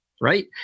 right